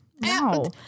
No